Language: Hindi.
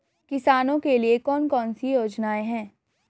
किसानों के लिए कौन कौन सी योजनाएं हैं?